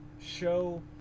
show